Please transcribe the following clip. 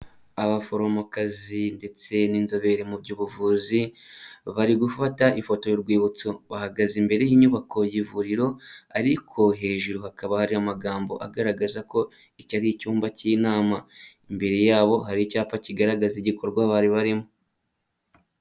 Abaforomokazi ndetse n'inzobere mu by'ubuvuzi bari gufata ifoto y'urwibutso, bahagaze imbere y'inyubako y'ivuriro ariko hejuru hakaba hariho amagambo agaragaza ko iki ari icyumba cy'inama. Imbere yabo hari icyapa kigaragaza igikorwa bari barimo.